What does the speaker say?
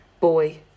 boy